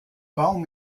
baum